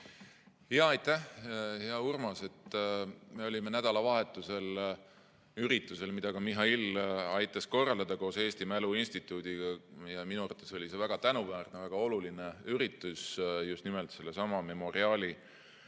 Aitäh, hea Urmas! Me olime nädalavahetusel üritusel, mida ka Mihhail aitas korraldada koos Eesti Mälu Instituudiga. Minu arvates oli see väga tänuväärne ja oluline üritus, just nimelt sellesama Memoriali